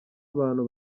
abantu